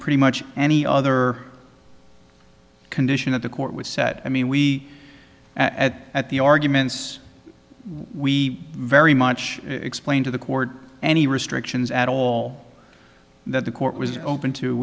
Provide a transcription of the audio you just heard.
pretty much any other condition of the court was set i mean we at at the arguments we very much explain to the court any restrictions at all that the court was open to